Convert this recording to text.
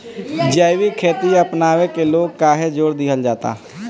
जैविक खेती अपनावे के लोग काहे जोड़ दिहल जाता?